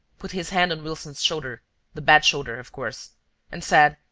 put his hand on wilson's shoulder the bad shoulder, of course and said,